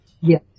Yes